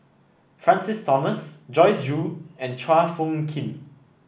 Francis Thomas Joyce Jue and Chua Phung Kim